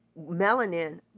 melanin